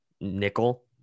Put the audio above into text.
nickel